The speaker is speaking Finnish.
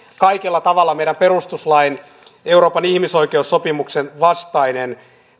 kaikella tavalla meidän perustuslakimme ja euroopan ihmisoikeussopimuksen vastainen